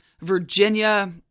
Virginia